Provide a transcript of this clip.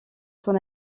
son